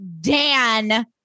Dan